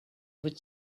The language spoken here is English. with